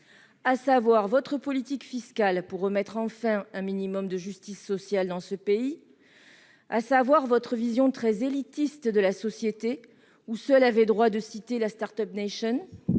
à savoir votre politique fiscale pour remettre enfin un minimum de justice sociale dans ce pays, à savoir votre vision très élitiste de la société, où seule avait droit de cité la « start-up nation